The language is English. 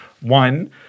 one